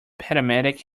paramedic